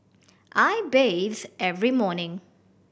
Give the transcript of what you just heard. I bathe every morning